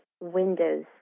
windows